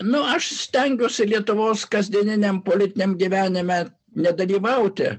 nu aš stengiuosi lietuvos kasdieniniam politiniam gyvenime nedalyvauti